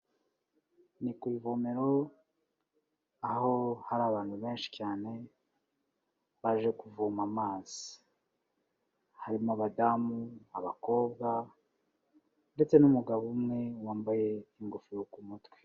Ni ku ivomero, aho hari abantu benshi cyane, baje kuvoma amazi, harimo abadamu, abakobwa ndetse n'umugabo umwe wambaye ingofero ku mutwe.